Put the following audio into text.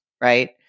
Right